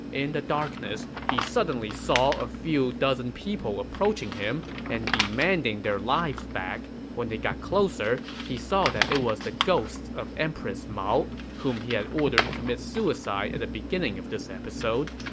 in the darkness, he suddenly saw a few dozen people approaching him and demanding their lives back. when they got closer, he saw that it was the ghosts of empress mao, whom he had ordered to commit suicide at the beginning of this episode,